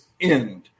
end